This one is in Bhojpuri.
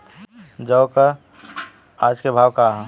जौ क आज के भाव का ह?